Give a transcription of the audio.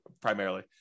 primarily